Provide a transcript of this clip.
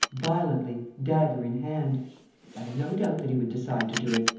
violently, dagger in hand. i had no doubt that he would decide to do it.